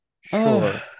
Sure